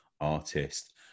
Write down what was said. artist